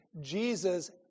Jesus